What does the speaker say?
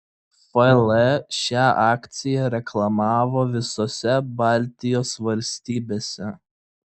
fl šią akciją reklamavo visose baltijos valstybėse